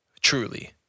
truly